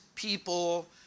people